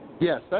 Yes